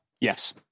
Yes